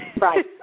Right